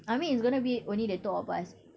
I mean it's gonna be only the two of us